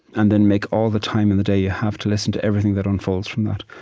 and then make all the time in the day you have to listen to everything that unfolds from that.